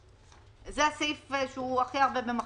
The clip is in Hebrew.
זה הסעיף שהוא הכי הרבה במחלוקת.